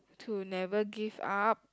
to never give up